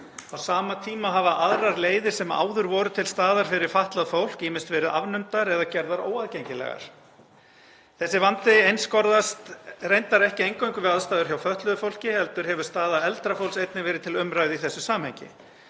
Á sama tíma hafa aðrar leiðir sem áður voru til staðar fyrir fatlað fólk ýmist verið afnumdar eða gerðar óaðgengilegar. Þessi vandi einskorðast reyndar ekki eingöngu við aðstæður hjá fötluðu fólki heldur hefur staða eldra fólks einnig verið til umræðu í þessu samhengi.